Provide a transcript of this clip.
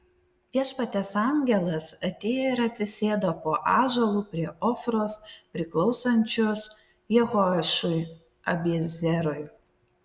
viešpaties angelas atėjo ir atsisėdo po ąžuolu prie ofros priklausančios jehoašui abiezerui